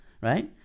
right